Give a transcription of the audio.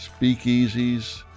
speakeasies